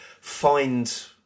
find